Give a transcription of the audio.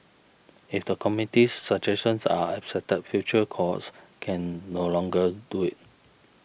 if the committee's suggestions are accepted future cohorts can no longer do it